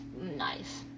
Nice